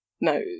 no